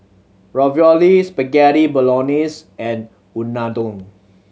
Ravioli Spaghetti Bolognese and Unadon